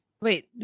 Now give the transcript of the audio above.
Wait